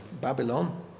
Babylon